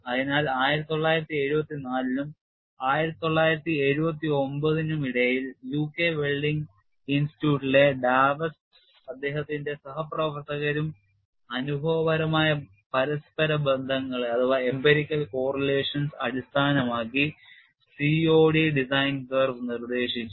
അതിനാൽ 1974 നും 1979 നും ഇടയിൽ യുകെ വെൽഡിംഗ് ഇൻസ്റ്റിറ്റ്യൂട്ടിലെ ഡാവെസും അദ്ദേഹത്തിന്റെ സഹപ്രവർത്തകരും അനുഭവപരമായ പരസ്പര ബന്ധങ്ങളെ അടിസ്ഥാനമാക്കി COD ഡിസൈൻ കർവ് നിർദ്ദേശിച്ചു